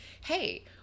hey